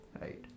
right